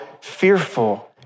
fearful